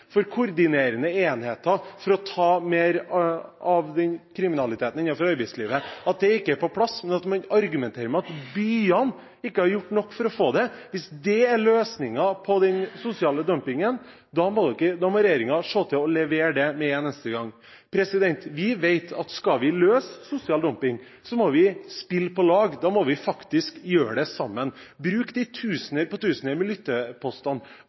for koordinerende enheter – for å ta mer av kriminaliteten innenfor arbeidslivet – ikke er på plass, er at byene ikke har gjort nok for å få det, at man argumenterer med det. Hvis det er løsningen på den sosiale dumpingen, må regjeringen se til å levere det med en eneste gang. Vi vet at skal vi løse sosial dumping, må vi spille på lag, da må vi faktisk gjøre det sammen – bruke de tusener på tusener med